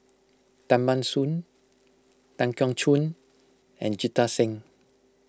Tan Ban Soon Tan Keong Choon and Jita Singh